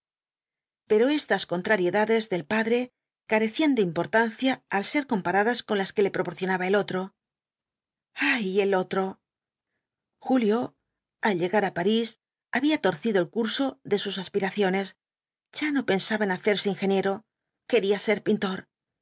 pero estas contrariedades del padre carecían de importancia al ser comparadas con las que le proporcionaba el otro ay el otro julio al llegar á parís había torcido el curso de sus aspiraciones ya no pensaba en hacerse ingeniero quería ser pintor